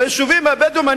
ביישובים הבדואיים,